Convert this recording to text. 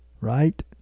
right